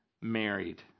married